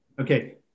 okay